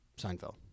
Seinfeld